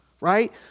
right